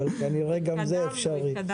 אבל כנראה שגם זה אפשרי.